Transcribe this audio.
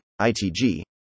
ITG